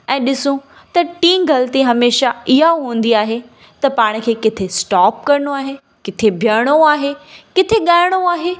ऐं ॾीसूं त टीं ग़लिती हमेशह इहा हूंदी आहे त पाण किथे स्टॉप करिणो आहे किथे भीहणो आहे किथे ॻाएणो आहे